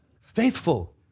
faithful